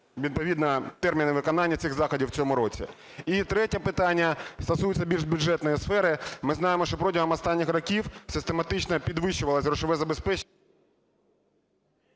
відповідно, терміни виконання цих заходів в цьому році? І третє питання стосується більш бюджетної сфери. Ми знаємо, що протягом останніх років систематично підвищувалося грошове забезпечення…